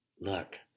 Look